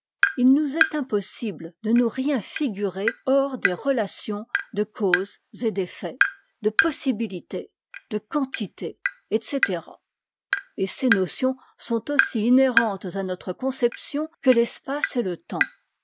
il nous est impossible de nous rien figurer hors des rotations de causes et d'effets de possibilité de quantité etc et ces notions sont aussi inhérentes à notre conception que l'espace et le temps